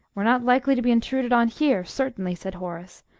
we're not likely to be intruded on here, certainly, said horace.